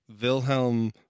Wilhelm